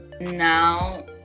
now